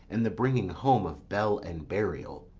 and the bringing home of bell and burial.